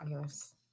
Yes